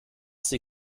sie